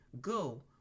Go